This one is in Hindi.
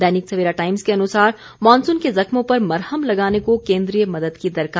दैनिक सवेरा टाईम्स के अनुसार मॉनसून के जख्मों पर मरहम लगाने को केंद्रीय मदद की दरकार